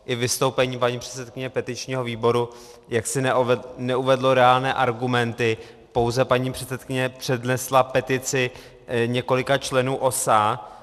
I vystoupení paní předsedkyně petičního výboru jaksi neuvedlo reálné argumenty, pouze paní předsedkyně přednesla petici několika členů OSA.